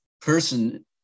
person